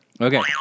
okay